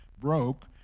broke